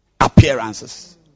appearances